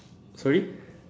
sorry